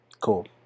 Cool